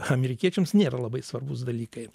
amerikiečiams nėra labai svarbūs dalykai